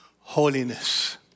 holiness